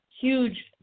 huge